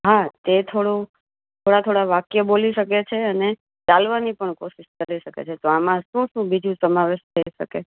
હા તે થોડું થોડાં થોડાં વાક્ય બોલી શકે છે અને ચાલવાની પણ કોશિશ કરી શકે છે તો આમાં શું શું બીજું સમાવેશ થઈ શકે